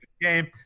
game